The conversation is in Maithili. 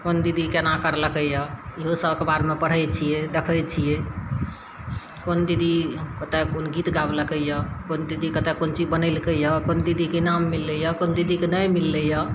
कोन दीदी कोना करलकै यऽ ओहोसब अखबारमे पढ़ै छिए देखै छिए कोन दीदीके ओतए कोन गीत गाबलकै यऽ कोन दीदी कतए कोन चीज बनेलकै यऽ कोन दीदीके इनाम मिललै यऽ कोन दीदीके नहि मिललै यऽ